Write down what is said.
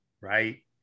right